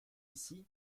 ici